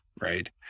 Right